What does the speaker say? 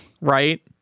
Right